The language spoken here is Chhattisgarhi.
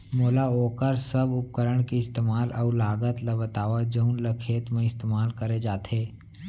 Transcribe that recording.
मोला वोकर सब उपकरण के इस्तेमाल अऊ लागत ल बतावव जउन ल खेत म इस्तेमाल करे जाथे?